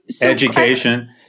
education